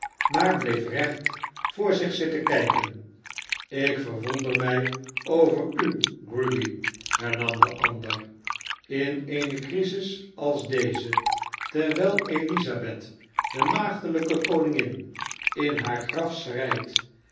maar bleef recht voor zich zitten kijken ik verwonder mij over u grueby hernam de ander in eene crisis als deze terwijl elisabeth de maagdelijke koningin in haar graf